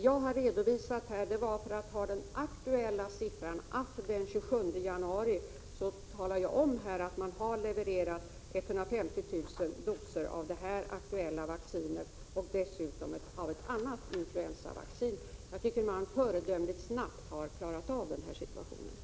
Jag har redovisat att SBL den 27 januari levererade 150 000 doser av det aktuella vaccinet och dessutom lika mycket av ett annat influensavaccin. Man har alltså föredömligt snabbt klarat av denna situation.